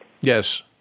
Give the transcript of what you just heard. Yes